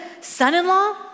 son-in-law